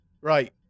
Right